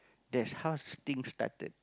that's how things started